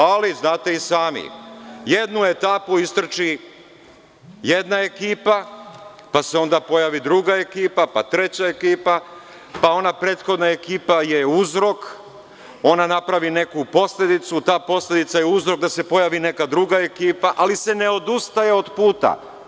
Ali, znate i sami, jednu etapu istrči jedna ekipa, pa se onda pojavi druga ekipa, pa treća ekipa, pa ona prethodna ekipa je uzrok, ona napravi neku posledicu, ta posledica je uzrok da se pojavi neka druga ekipa, ali se ne odustaje od puta.